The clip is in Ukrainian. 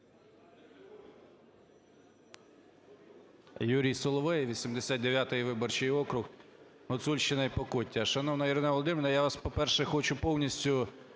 Юрій Соловей, 89 виборчий округ, Гуцульщина і Покуття. Шановна Ірина Володимирівна, я вас, по-перше, хочу повністю